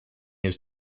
his